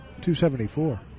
274